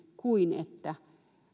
kuin niin että